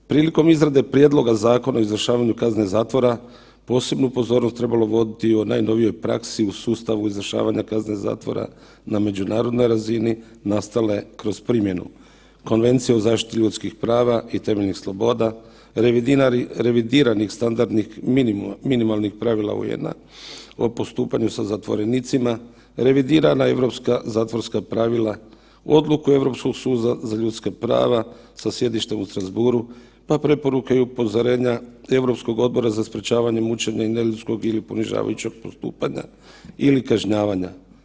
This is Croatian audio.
Prilikom izrade prijedloga Zakona o izvršavanju kazne zatvora posebnu pozornost je trebalo voditi o najnovijoj praksi u sustavu izvršavanja kazne zatvora na međunarodnoj razini nastale kroz primjenu Konvencije o zaštiti ljudskih prava i temeljnih sloboda, revidiranih standardnim minimalnih pravila UN-a o postupanju sa zatvorenicima, revidirana Europska zatvorska pravila, odluku Europskog suda za ljudska prava sa sjedištem u Strasbourgu, pa preporuke i upozorenja Europskog Odbora za sprečavanje mučenja i neljudskog ili ponižavajućeg postupanja ili kažnjavanja.